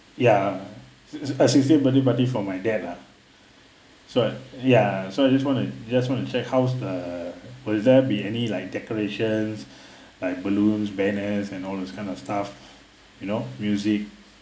ya a a sixtieth birthday party for my dad ah so ya so I just want to just want to check how's the will there be any like decorations like balloons banners and all those kind of stuff you know music